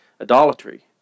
idolatry